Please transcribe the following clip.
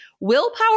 Willpower